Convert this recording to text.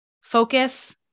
focus